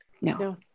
No